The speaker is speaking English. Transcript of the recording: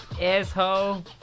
asshole